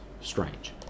strange